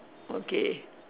okay